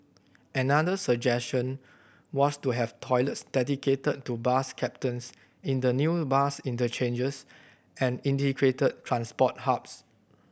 another suggestion was to have toilets dedicated to bus captains in the new bus interchanges and integrated transport hubs